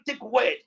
word